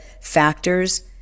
factors